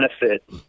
benefit